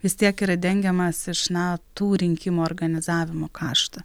vis tiek yra dengiamas iš na tų rinkimų organizavimo kašta